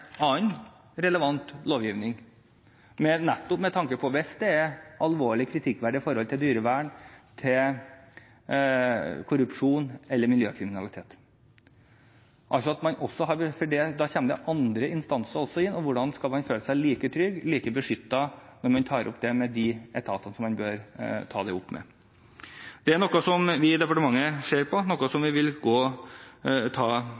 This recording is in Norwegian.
annen relevant lovgivning – med tanke på nettopp alvorlige, kritikkverdige forhold innen dyrevern, korrupsjon eller miljøkriminalitet, for da kommer det også andre instanser inn. Hvordan skal man føle seg like trygg, like beskyttet når man tar det opp med de etatene som man bør ta det opp med? Det er noe som vi i departementet ser på, og noe som vi vil